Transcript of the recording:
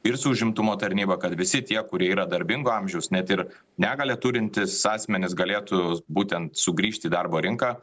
ir su užimtumo tarnyba kad visi tie kurie yra darbingo amžiaus net ir negalią turintys asmenys galėtų būtent sugrįžti į darbo rinką